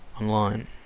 online